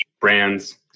brands